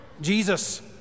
Jesus